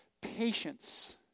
patience